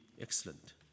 excellent